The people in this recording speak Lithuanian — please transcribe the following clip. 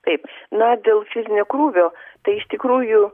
taip na dėl fizinio krūvio tai iš tikrųjų